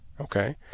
okay